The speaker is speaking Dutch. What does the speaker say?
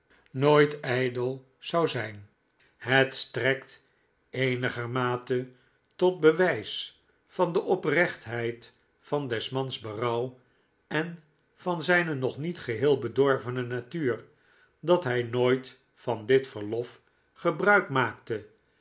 nooitijdel zou zijn het strekt eenigermate tot bewijs van de oprechtheid van des mans berouw en van zijne nog niet geheel bedorvene natuur dat hij nooit van dit verlof gebruik maakte